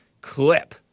clip